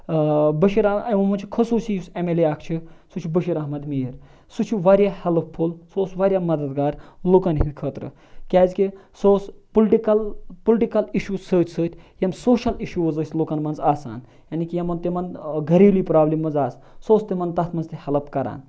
بٔشیٖر یِمو منٛز چھِ خصوٗصی یُس اٮ۪م اٮ۪ل اے اَکھ چھِ سُہ چھِ بٔشیٖر احمد میٖر سُہ چھِ واریاہ ہٮ۪لٕپفُل سُہ اوس واریاہ مَدَدگار لُکَن ہِنٛدِ خٲطرٕ کیٛازِکہِ سُہ اوس پُلٹِکَل پُلٹِکَل اِشوٗ سۭتۍ سۭتۍ یِم سوشَل اِشوٗز ٲسۍ لُکَن منٛز آسان یعنی کہِ یِمَن تِمَن گَریلوی پرٛابلِمٕز آسہٕ سُہ اوس تِمَن تَتھ منٛز تہِ ہٮ۪لٕپ کَران